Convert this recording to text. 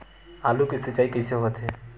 आलू के सिंचाई कइसे होथे?